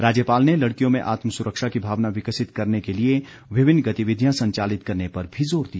राज्यपाल ने लड़कियों में आत्म सुरक्षा की भावना विकसित करने के लिए विभिन्न गतिविधियां संचालित करने पर भी जोर दिया